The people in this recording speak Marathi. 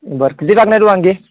बरं किती लागणार आहेत वांगी